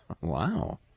Wow